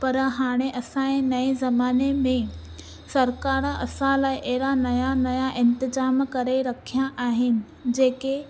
पर हाणे असांजे नए जमाने में सरकार असां लाइ एॾा नया नया इंतिज़ाम करे रखियां आहिनि जेके